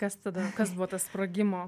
kas tada kas buvo tas sprogimo